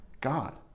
God